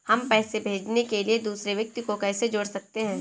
हम पैसे भेजने के लिए दूसरे व्यक्ति को कैसे जोड़ सकते हैं?